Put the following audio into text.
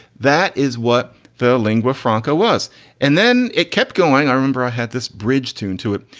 that is what the lingua franca was and then it kept going. i remember i had this bridge tune to it.